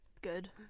Good